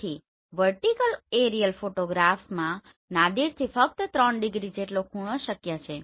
તેથી vertical aerial ફોટોગ્રાફ્સમાં નાદિરથી ફક્ત 3 ડિગ્રી જેટલો ખૂણો શક્ય છે